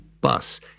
bus